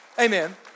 Amen